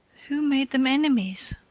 who made them enemies?